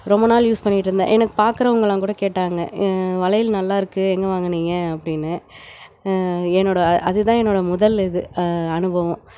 ரொம்ப நாள் யூஸ் பண்ணிட் இருந்தேன் எனக் பார்க்கறவுங்கலாம் கூட கேட்டாங்க வளையல் நல்லா இருக்கு எங்கே வாங்கனீங்க அப்படின்னு என்னோட அது தான் என்னோட முதல் இது அனுபவம்